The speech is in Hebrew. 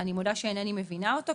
אני מודה שאינני מבינה אותו.